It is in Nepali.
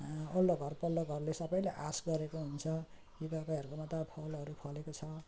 वल्लो घर पल्लो घरले सबैले आश गरेको हुन्छ कि तपाईँहरूकोमा त फलहरू फलेको छ